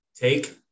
take